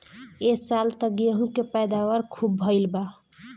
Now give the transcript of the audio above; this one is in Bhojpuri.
ए साल त गेंहू के पैदावार खूब भइल बा